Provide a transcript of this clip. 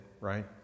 right